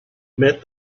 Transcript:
met